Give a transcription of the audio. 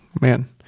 Man